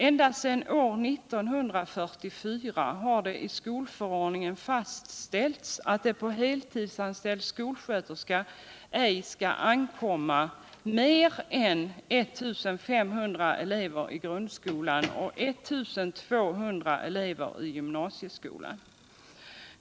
Ända sedan år 1944 har det i skolförordningen fastställts utt det på en heltidsanställd skolsköterska ej skall ankomma mer än 1500 clever i grundskolan och 1 200 elever i gymnasieskolan.